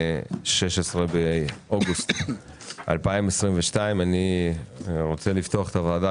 16 באוגוסט 2022. אני רוצה לפתוח את ישיבת הוועדה